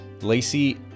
Lacey